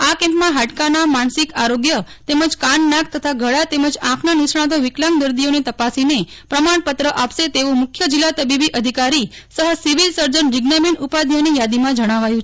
આ કેમ્પમાં હાડકાનામાનસિક આરોગ્યતેમજ કાનનાક તથા ગાળા તેમજ આંખના નિષ્ણાંતો વિકલાંગ દર્દીને તપાસીને પ્રમાણપત્ર આપશે તેવું મુખ્ય જીલ્લા તબીબી અધિકારી સહ સિવિલ સર્જન જીજ્ઞાબેન ઉપાધ્યાયની યાદીમાં જણાવ્યું છે